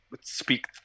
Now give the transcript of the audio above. Speak